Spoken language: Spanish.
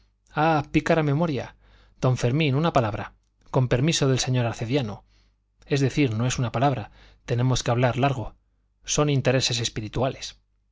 ah pícara memoria don fermín una palabra con permiso del señor arcediano es decir no es una palabra tenemos que hablar largo son intereses espirituales